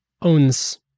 owns